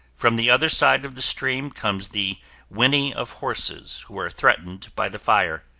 from the other side of the stream comes the whinny of horses who are threatened by the fire.